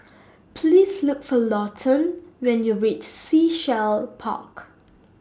Please Look For Lawton when YOU REACH Sea Shell Park